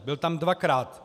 Byl tam dvakrát.